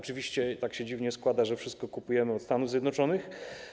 Oczywiście tak się dziwnie składa, że wszystko kupujemy od Stanów Zjednoczonych.